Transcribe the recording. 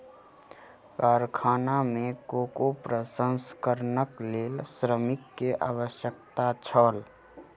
कारखाना में कोको प्रसंस्करणक लेल श्रमिक के आवश्यकता छल